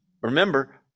Remember